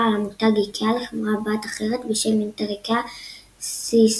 על המותג איקאה לחברה־בת אחרת בשם אינטר־איקאה סיסטמס.